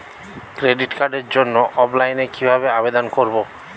Credit কার্ডের জন্য অফলাইনে কিভাবে আবেদন করব?